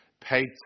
paid